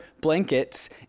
blankets